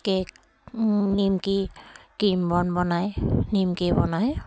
cake নিমকি cream bun বনায় নিমকি বনায়